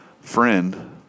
friend